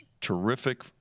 Terrific